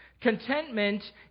Contentment